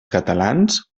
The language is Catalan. catalans